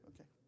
okay